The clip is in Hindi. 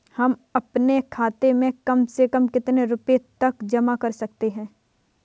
हम अपने खाते में कम से कम कितने रुपये तक जमा कर सकते हैं?